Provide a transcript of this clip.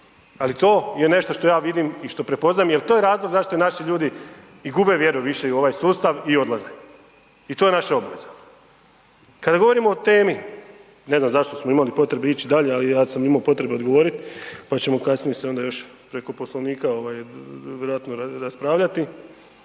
ali to je nešto što ja vidim i što prepoznajem jel to je razlog zašto naši ljudi i gube vjeru više i u ovaj sustav i odlaze i to je naša obaveza. Kada govorimo o temi, ne znam zašto smo imali potrebe ići dalje, ali ja sam imao potrebe odgovorit, pa ćemo kasnije se još preko Poslovnika vjerojatno raspravljati.